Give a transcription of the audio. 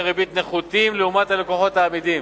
ריבית נחותים לעומת הלקוחות האמידים.